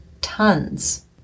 tons